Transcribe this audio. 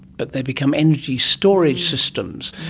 but they become energy storage systems.